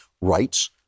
rights